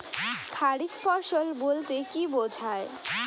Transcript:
খারিফ ফসল বলতে কী বোঝায়?